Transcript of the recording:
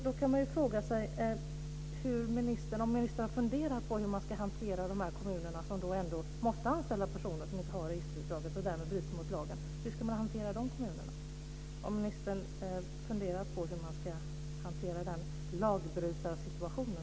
Då kan man fråga sig om ministern har funderat på hur man ska hantera de kommuner som ändå måste anställa personer som inte har registerutdraget och därmed bryter mot lagen. Hur ska man hantera de kommunerna? Har ministern funderat på hur man ska hantera den lagbrytarsituationen?